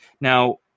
now